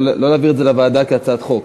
לא להעביר את זה לוועדה כהצעת חוק.